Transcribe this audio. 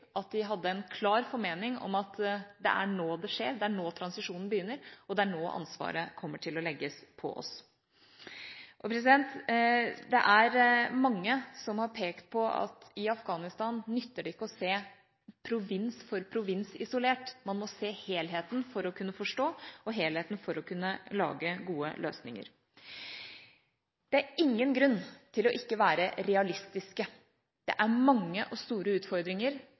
at de hadde en klar formening om at det er nå det skjer, det er nå transisjonen begynner, og det er nå ansvaret kommer til å bli lagt på dem. Det er mange som har pekt på at i Afghanistan nytter det ikke å se provins for provins isolert. Man må se helheten for å kunne forstå og helheten for å kunne lage gode løsninger. Det er ingen grunn til ikke å være realistiske. Det er mange og store utfordringer